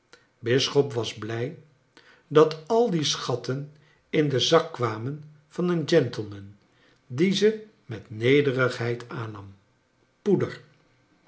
bisschop was blij dat al die schatten in den zak kwamen van een gentleman die ze met nederigheid aannam poecler